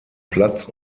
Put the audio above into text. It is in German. platz